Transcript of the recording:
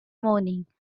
moaning